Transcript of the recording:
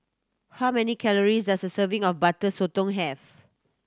how many calories does a serving of Butter Sotong have